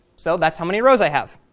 so that's how many rows i have.